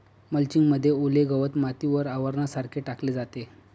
mulching मध्ये ओले गवत मातीवर आवरणासारखे टाकले जाते